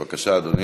בבקשה, אדוני.